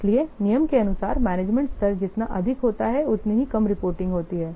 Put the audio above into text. इसलिए नियम के अनुसार मैनेजमेंट स्तर जितना अधिक होता है उतनी ही कम रिपोर्टिंग होती है